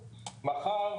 מחר,